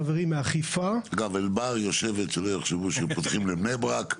אגב, שלא יחשבו שפותחים לבני ברק,